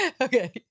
Okay